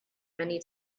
many